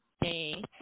hey